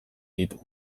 ditu